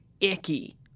icky